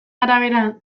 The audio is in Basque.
arabera